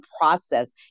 process